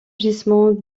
gisements